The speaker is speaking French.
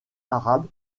arabe